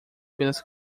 pelas